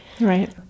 Right